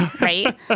Right